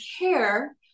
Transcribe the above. care